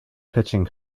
pitching